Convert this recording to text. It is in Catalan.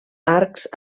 arcs